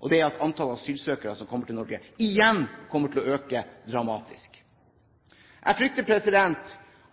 og det er at antall asylsøkere som kommer til Norge, igjen kommer til å øke dramatisk. Jeg frykter